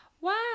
wow